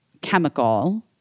chemical